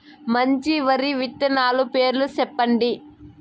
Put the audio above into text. మంచి వరి విత్తనాలు పేర్లు చెప్పండి?